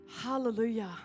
Hallelujah